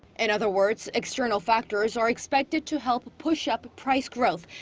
in other words, external factors are expected to help push up price growth,